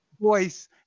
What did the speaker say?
Voice